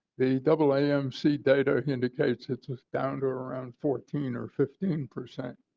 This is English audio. the the but aamc data indicates it is down to around fourteen or fifteen percent.